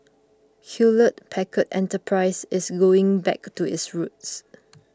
Hewlett Packard Enterprise is going back to its roots